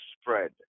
spread